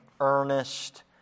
earnest